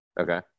Okay